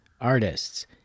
artists